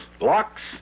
locks